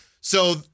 So-